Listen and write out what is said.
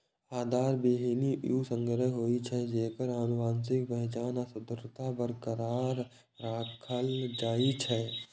आधार बीहनि ऊ संग्रह होइ छै, जेकर आनुवंशिक पहचान आ शुद्धता बरकरार राखल जाइ छै